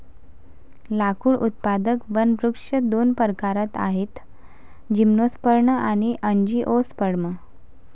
लाकूड उत्पादक वनवृक्ष दोन प्रकारात आहेतः जिम्नोस्पर्म आणि अँजिओस्पर्म